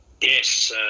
Yes